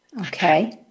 Okay